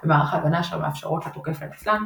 במערך ההגנה אשר מאפשרות לתוקף לנצלן.